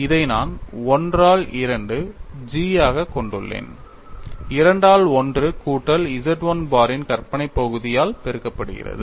இதை நான் 1 ஆல் 2 G ஆகக் கொண்டுள்ளேன் 2 ஆல் 1 கூட்டல் Z 1 பாரின் கற்பனை பகுதி ஆல் பெருக்கப்படுகிறது